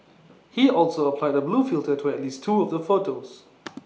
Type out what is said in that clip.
he also applied A blue filter to at least two of the photos